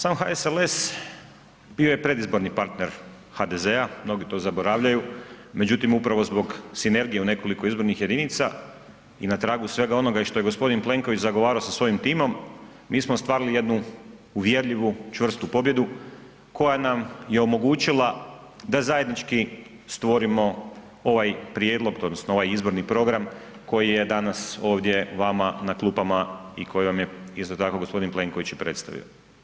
Sam HSLS bio je predizborni partner HDZ-a, mnogi to zaboravljaju, međutim upravo zbog sinergije u nekoliko izbornih jedinica i na tragu svega onoga i što je gospodin Plenković zagovarao sa svojim timom, mi smo ostvarili jednu uvjerljivu čvrstu pobjedu koja nam je omogućila da zajednički stvorimo ovaj prijedlog odnosno ovaj izborni program koji je danas ovdje vama na klupama i koji vam je isto tako gospodin Plenković i predstavio.